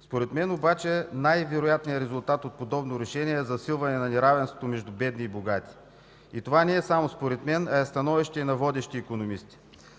Според мен обаче най-вероятният резултат от подобно решение е засилване на неравенството между бедни и богати. Това не е само според мен, а е становище и на водещи икономисти.